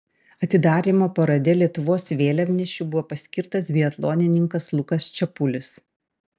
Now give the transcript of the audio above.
atidarymo parade lietuvos vėliavnešiu buvo paskirtas biatlonininkas lukas čepulis